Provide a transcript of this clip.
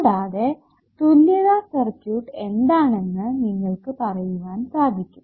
കൂടാതെ തുല്യത സർക്യൂട്ട് എന്താണെന്ന് നിങ്ങൾക്ക് പറയുവാൻ സാധിക്കും